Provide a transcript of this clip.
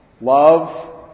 Love